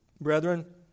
Brethren